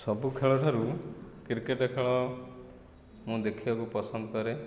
ସବୁ ଖେଳ ଠାରୁ କ୍ରିକେଟ ଖେଳ ମୁଁ ଦେଖିବାକୁ ପସନ୍ଦ କରେ